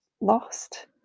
lost